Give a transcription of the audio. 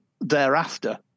thereafter